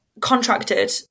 contracted